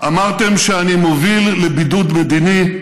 אמרתם שאני מוביל לבידוד מדיני,